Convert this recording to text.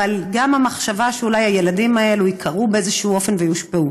אבל גם המחשבה שאולי הילדים האלה ייקרעו באיזשהו אופן ויושפעו.